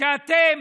שאתם